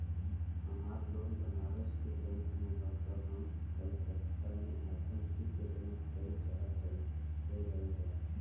हमार लोन बनारस के बैंक से ह हम कलकत्ता से आपन किस्त जमा कइल चाहत हई हो जाई का?